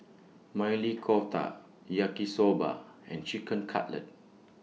Maili Kofta Yaki Soba and Chicken Cutlet